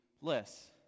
less